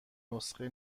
نسخه